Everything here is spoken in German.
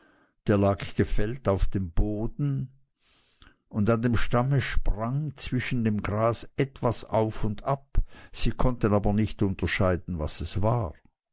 der lag gefällt auf dem boden und an dem stamme sprang zwischen dem gras etwas auf und ab sie konnten aber nicht unterscheiden was es war